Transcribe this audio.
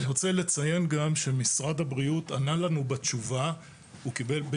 אני רוצה לציין גם שמשרד הבריאות ענה לנו בתשובה בינואר.